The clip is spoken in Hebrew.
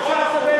אחרי שאתה,